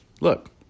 Look